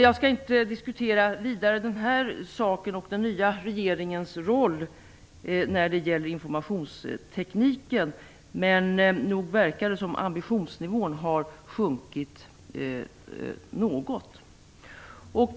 Jag skall inte vidare diskutera den nya regeringens roll när det gäller informationstekniken. Men nog verkar det som om ambitionsnivån något har sjunkit.